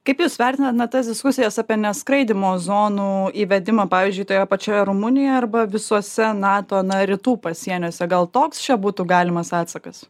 kaip jūs vertinat na tas diskusijas apie neskraidymo zonų įvedimą pavyzdžiui toje pačioje rumunijo arba visuose nato na rytų pasieniuose gal toks čia būtų galimas atsakas